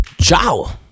Ciao